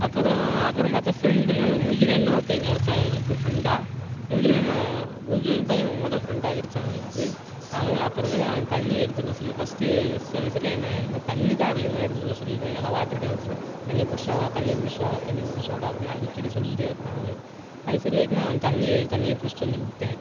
அப்புறம் அப்புறம் பார்த்தா ஃப்ரெண்டுனு ஒரு முகிலன்னு ஒருத்தன் கிடைச்சான் எனக்கு ஃப்ரெண்டாி முகிலனை முகிலன் தான் எனக்கு மொதல ஃப்ரெண்டாக கிடச்சான் அவன் அவன் அப்புறமா அவன் தண்ணி எடுத்துகிட்டு வர சொல்லி ஃபஸ்ட்டு ஃபஸ்ட் எஸ்எம்எஸ்சில் என்னை தண்ணி தான் அதிகமாக எடுத்துகிட்டு வர சொல்லியிருக்கான் ஏன்னால் வாட்ரு கேன் வச்சுருப்பேன் தண்ணி பிடிச்சிட்டு வாடா தண்ணி பிடிச்சிட்டு வாடா தண்ணி பிடிச்சிட்டு வாடா அப்படின்னு அடிக்கடி சொல்லிக்கிட்டே இருப்பான் அவன் அது சரி ஓகேனு நான் அவனுக்கு தண்ணி தண்ணி பிடிச்சிட்டு வந்து கொடுத்தேன்